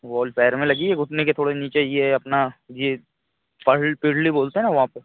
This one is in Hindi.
बॉल पैर में लगी है घुटने के थोड़े नीचे ही है अपना यह पहिल पिंडली बोलते हैं ना वहाँ पर